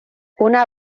una